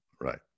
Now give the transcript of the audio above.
Right